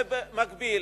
ובמקביל,